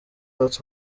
that